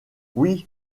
oui